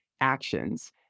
actions